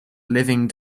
living